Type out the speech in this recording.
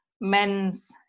men's